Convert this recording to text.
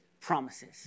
promises